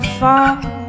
fall